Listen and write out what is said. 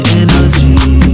energy